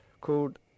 called